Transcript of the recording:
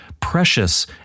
precious